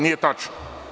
Nije tačno.